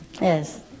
Yes